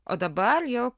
o dabar jau